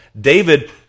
David